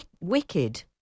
Wicked